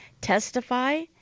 testify